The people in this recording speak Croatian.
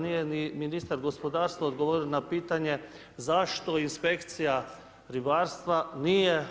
Nije ni ministar gospodarstva odgovorio na pitanje, zašto inspekcija ribarstva nije